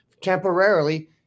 temporarily